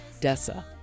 Dessa